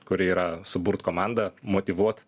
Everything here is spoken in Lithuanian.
kuri yra suburt komandą motyvuot